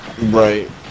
Right